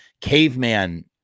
caveman